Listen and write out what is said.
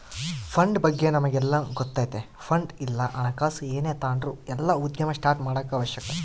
fund ಬಗ್ಗೆ ನಮಿಗೆಲ್ಲ ಗೊತ್ತತೆ ಫಂಡ್ ಇಲ್ಲ ಹಣಕಾಸು ಏನೇ ತಾಂಡ್ರು ಇಲ್ಲ ಉದ್ಯಮ ಸ್ಟಾರ್ಟ್ ಮಾಡಾಕ ಅವಶ್ಯಕ